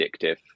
addictive